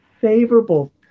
favorable